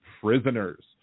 prisoners